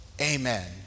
amen